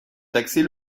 taxer